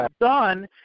done